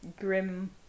grim